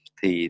Thì